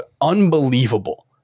unbelievable